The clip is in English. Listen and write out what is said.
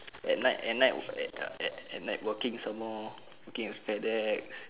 at night at night at at at at night working some more working with Fedex